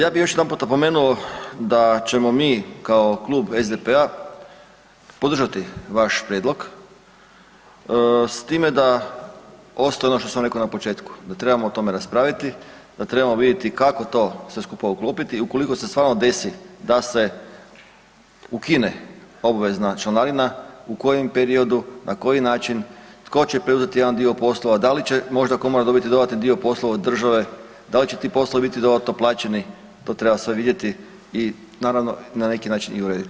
Ja bi još jedanput napomenuo da ćemo mi kao klub SDP-a podržati vaš prijedlog s time da ostaje ono što sam rekao na početku, da trebamo o tome raspraviti, da trebamo vidjeti kako to sve skupa uklopiti i ukoliko se stvarno desi da se ukine obvezna članarina, u kojem periodu, na koji način, tko će preuzeti jedan dio poslova, da li će možda komora dobiti dodatni dio poslova od države, da li će ti poslovi biti dodatno plaćeni, to treba sve vidjeti i naravno na neki način i urediti.